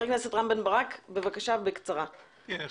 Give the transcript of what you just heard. חבר